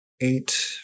eight